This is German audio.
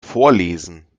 vorlesen